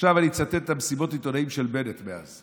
עכשיו אני אצטט את מסיבות העיתונאים של בנט מאז: